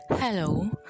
Hello